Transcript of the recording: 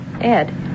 Ed